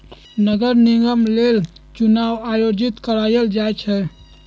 नगर निगम लेल चुनाओ आयोजित करायल जाइ छइ